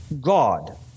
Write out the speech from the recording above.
God